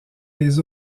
les